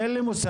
אין לי מושג,